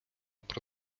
про